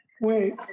Wait